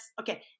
okay